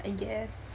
I guess